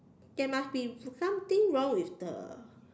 there must be something wrong with the